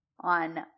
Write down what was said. on